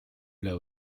üle